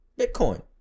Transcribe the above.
Bitcoin